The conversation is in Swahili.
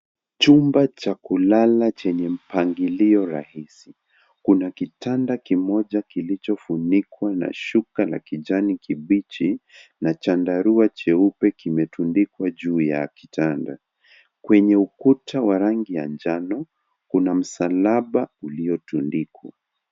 Chumba cha kulala chenye mpangilio rahisi. Kuna kitanda kimoja kilichofunikwa na shuka la kijani kibichi na chandarua cheupe kimetundikwa juu ya kitanda. Kwenye ukuta wa rangi ya njano, kuna msalaba ulio tundikwa.